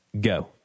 Go